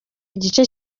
igice